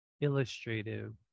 illustrative